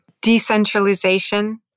Decentralization